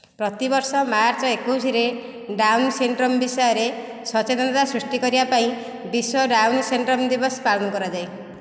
ପ୍ରତିବର୍ଷ ମାର୍ଚ୍ଚ ଏକୋଇଶ ରେ ଡାଉନ୍ ସିଣ୍ଡ୍ରୋମ୍ ବିଷୟରେ ସଚେତନତା ସୃଷ୍ଟି କରିବା ପାଇଁ 'ବିଶ୍ୱ ଡାଉନ୍ ସିଣ୍ଡ୍ରୋମ୍ ଦିବସ ପାଳନ କରାଯାଏ